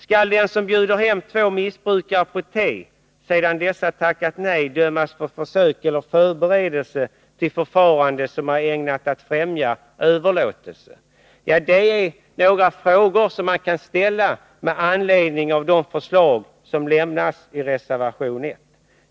Skall den som bjuder hem två missbrukare på te, sedan dessa tackat nej, dömas för försök eller förberedelse till förfarande som är ägnat att främja överlåtelse? Det är frågor som man kan ställa med anledning av de förslag som lämnas i reservation 1.